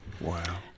Wow